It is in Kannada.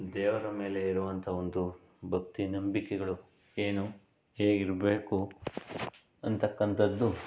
ದೇವರ ಮೇಲೆ ಇರುವಂಥ ಒಂದು ಭಕ್ತಿ ನಂಬಿಕೆಗಳು ಏನು ಹೇಗಿರಬೇಕು ಅನ್ನತಕ್ಕಂಥದ್ದು